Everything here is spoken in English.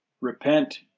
repent